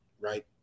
right